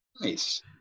Nice